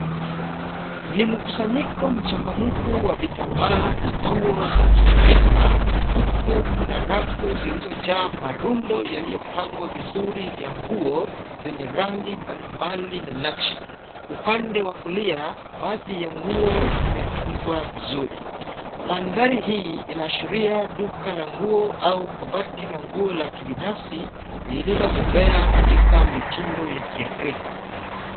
Ni mkusanyiko mchangamfu wa vitambaa na nguo za kiafrika, huku kuna rafu zilizojaa marundo yaliyopangwa vizuri vya nguo zenye rangi mbalimbali na nakshi, upande wa kulia, baadhi ya nguo zimetundwa vizuri. Mandhari hii inaashiria duka la nguo au kabati la nguo la kibinafsi lililobobea katika mitindo ya kiafrika.